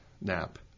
nap